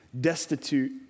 Destitute